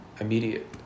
immediate